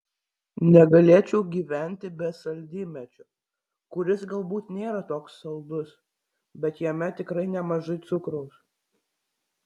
negalėčiau gyventi be saldymedžio kuris galbūt nėra toks saldus bet jame tikrai nemažai cukraus